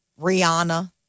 Rihanna